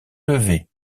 lever